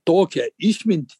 tokią išmintį